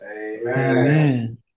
Amen